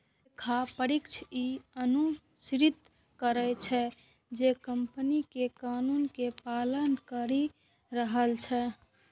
लेखा परीक्षक ई सुनिश्चित करै छै, जे कंपनी कर कानून के पालन करि रहल छै